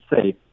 safe